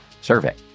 survey